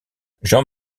jean